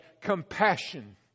compassion